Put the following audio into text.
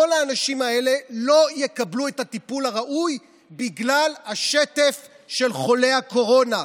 כל האנשים האלה לא יקבלו את הטיפול הראוי בגלל השטף של חולי הקורונה.